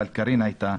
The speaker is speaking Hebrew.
אבל קארין היתה,